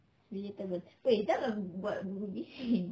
relatable !oi! jangan buat bising